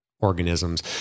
organisms